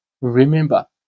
remember